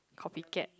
copy cat